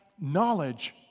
knowledge